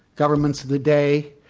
governments of the day,